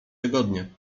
tygodnie